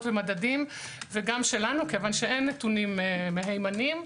ומדדים וגם שלנו כי אין נתונים מהימנים.